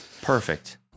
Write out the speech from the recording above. perfect